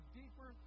deeper